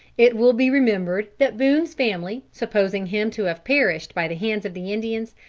it will be remembered that boone's family, supposing him to have perished by the hands of the indians,